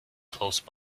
close